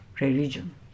religion